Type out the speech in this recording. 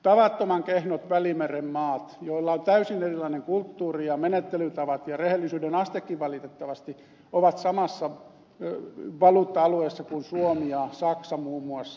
tavattoman kehnot välimeren maat joilla on täysin erilainen kulttuuri ja menettelytavat ja rehellisyydenastekin valitettavasti ovat samassa valuutta alueessa kuin suomi ja saksa muun muassa